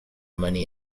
money